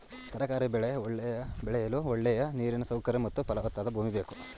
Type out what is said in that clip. ತರಕಾರಿ ಬೆಳೆ ಬೆಳೆಯಲು ಒಳ್ಳೆಯ ನೀರಿನ ಸೌಕರ್ಯ ಮತ್ತು ಫಲವತ್ತಾದ ಭೂಮಿ ಬೇಕು